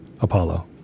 Apollo